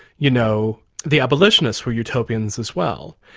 you know, the abolitionists were utopians as well.